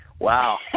Wow